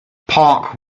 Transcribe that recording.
parke